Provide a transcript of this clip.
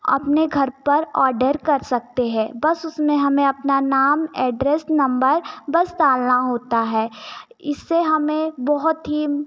अपने घर पर ऑर्डर कर सकते हैं बस उसमें हमें अपना नाम एड्रैस नम्बर बस डालना होता है इससे हमें बहुत ही